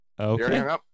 Okay